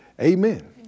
Amen